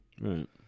Right